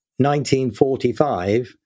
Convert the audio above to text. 1945